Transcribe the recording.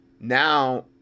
now